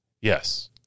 Yes